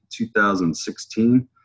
2016